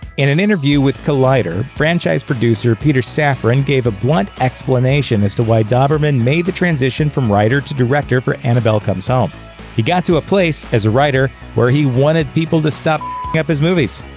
in an interview with collider, franchise producer peter safran gave a blunt explanation as to why dauberman made the transition from writer to director for annabelle comes home he got to a place, as a writer, where he wanted people to stop f ing up his movies.